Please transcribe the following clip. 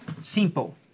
Simple